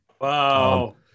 Wow